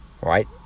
Right